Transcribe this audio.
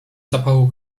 zapachu